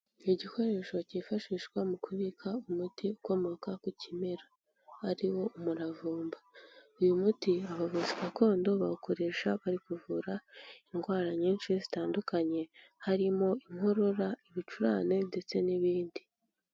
Ni igikoresho cyifashishwa mu kubika umuti ukomoka ku kimera. aAri wo umuravumba. Uyu muti abavuzi gakondo bawukoresha bari kuvura indwara nyinshi zitandukanye, harimo inkorora, ibicurane, ndetse n'ibindi.